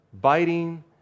Biting